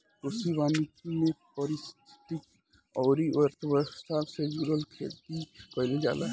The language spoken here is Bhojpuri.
कृषि वानिकी में पारिस्थितिकी अउरी अर्थव्यवस्था से जुड़ल खेती कईल जाला